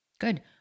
Good